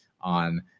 on